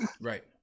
Right